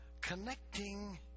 connecting